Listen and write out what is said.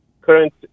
current